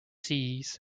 sees